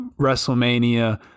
WrestleMania